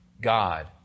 God